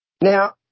Now